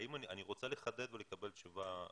אני רוצה לחדד ולקבל תשובה,